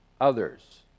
others